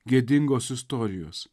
gėdingos istorijos